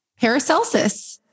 Paracelsus